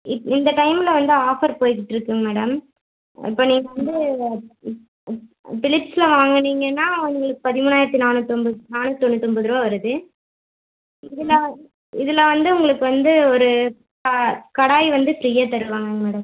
இப் இந்த டைம்மில் வந்து ஆஃபர் போய்க்கிட்டுருக்குங்க மேடம் இப்போ நீங்கள் வந்து பிலிப்ஸில் வாங்குனீங்கன்னா உங்களுக்கு பதிமூணாயிரத்து நானூற்றி தொம்ப நானூற்றி தொண்ணூத்தொம்போது ரூபா வருது இதில் இதில் வந்து உங்களுக்கு வந்து ஒரு க கடாய் வந்து ஃப்ரீயாக தருவாங்கங்க மேடம்